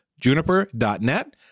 Juniper.net